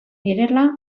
direla